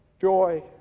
joy